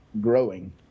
growing